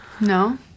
No